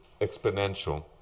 exponential